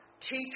teach